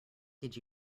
did